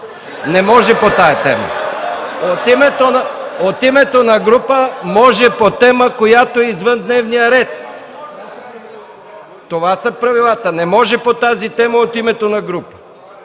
шум и смях.) От името на група може по тема, която е извън дневния ред – това са правилата. Не може по тази тема от името на група.